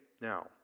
Now